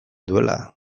duela